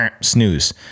snooze